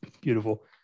beautiful